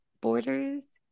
borders